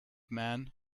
man